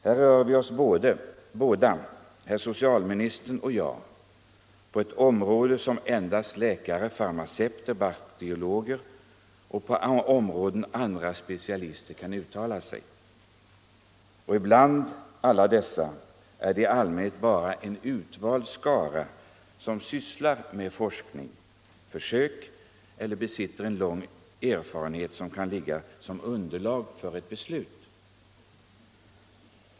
Här rör vi oss, både herr socialministern och jag, på ett område som endast läkare, farmaceuter, bakteriologer eller andra specialister på det området kan uttala sig om. Och bland alla dessa är det i allmänhet bara en utvald skara som sysslar med forskning och försök eller besitter lång erfarenhet som kan tjäna som underlag för ett beslut.